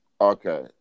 Okay